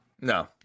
No